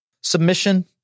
submission